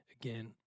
Again